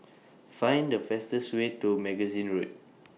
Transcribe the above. Find The fastest Way to Magazine Road